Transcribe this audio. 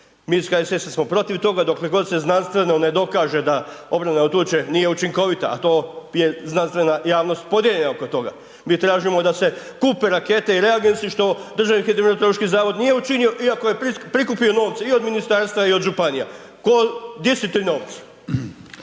Mi iz HSS-a smo protiv toga dokle god se znanstveno ne dokaže da obrana od tuče nije učinkovita, a to je znanstvena javnost podijeljena oko toga. Mi tražimo da se kupe rakete i reagensi, što DHMZ nije učinio iako je prikupio novce i od ministarstva i od županija. Tko, di su ti novci?